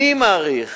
אני מעריך